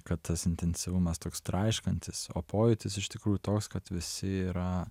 kad tas intensyvumas toks traiškantis o pojūtis iš tikrųjų toks kad visi yra